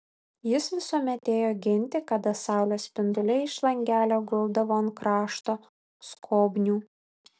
jis visuomet ėjo ginti kada saulės spinduliai iš langelio guldavo ant krašto skobnių